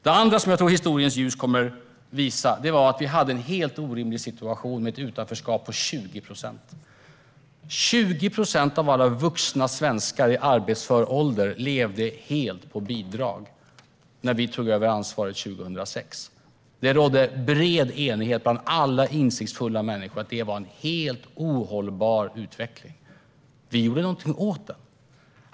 Det andra som jag tror att historiens ljus kommer att visa är att vi hade en helt orimlig situation med ett utanförskap på 20 procent. 20 procent av alla vuxna svenskar i arbetsför ålder levde helt på bidrag när vi tog över ansvaret 2006. Det rådde en bred enighet bland alla insiktsfulla människor om att det var en helt ohållbar utveckling. Vi gjorde någonting åt den.